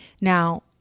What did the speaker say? now